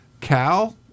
Cal